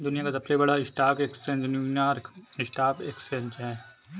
दुनिया का सबसे बड़ा stock exchange New York stock exchange है